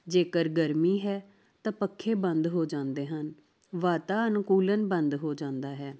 ਜੇਕਰ ਗਰਮੀ ਹੈ ਤਾਂ ਪੱਖੇ ਬੰਦ ਹੋ ਜਾਂਦੇ ਹਨ ਵਾਤਾਅਨੁਕੂਲਨ ਬੰਦ ਹੋ ਜਾਂਦਾ ਹੈ